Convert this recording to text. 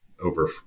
over